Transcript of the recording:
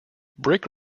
brick